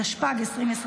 התשפ"ג 2023,